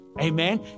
amen